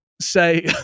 say